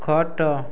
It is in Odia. ଖଟ